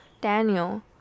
Daniel